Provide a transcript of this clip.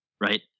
right